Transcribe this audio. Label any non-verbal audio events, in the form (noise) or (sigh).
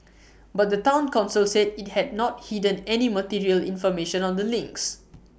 (noise) but the Town Council said IT had not hidden any material information on the links (noise)